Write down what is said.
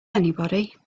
anybody